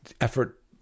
effort